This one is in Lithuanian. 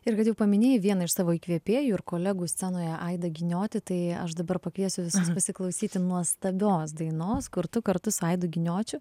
ir girdėjau paminėjai vieną iš savo įkvėpėjų ir kolegų scenoje aidą giniotį tai aš dabar pakviesiu visus pasiklausyti nuostabios dainos kartu kartu su aidu giniočiu